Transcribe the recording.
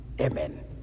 Amen